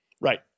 Right